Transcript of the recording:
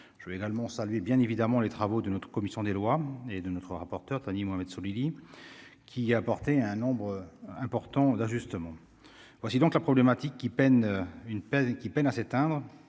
je veux également saluer bien évidemment les travaux de notre commission des lois et de notre rapporteur Thani Mohamed qui a apporté un nombre important d'ajustement, voici donc la problématique qui peine une peine